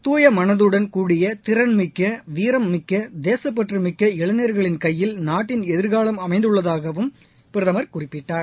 துய மனதுடன்கூடிய திறன்மிக்க வீரம்மிக்க தேசப்பற்றுமிக்க இளைஞர்களின் எகயில் நாட்டின் எதிர்காலம் அமைந்துள்ளதாகவும் பிரதமர் குறிப்பிட்டார்